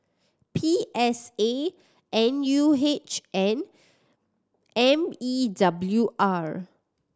P S A N U H and M E W R